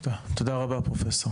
תודה רבה פרופ'.